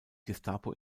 gestapo